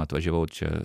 atvažiavau čia